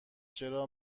چرا